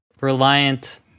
reliant